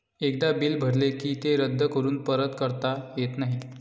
एकदा बिल भरले की ते रद्द करून परत करता येत नाही